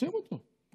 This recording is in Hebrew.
שים אותו.